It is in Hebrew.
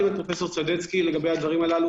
שאלתם את פרופסור סדצקי לגבי הדברים הללו.